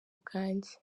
bwanjye